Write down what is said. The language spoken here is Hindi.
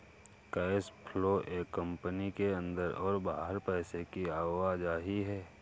कैश फ्लो एक कंपनी के अंदर और बाहर पैसे की आवाजाही है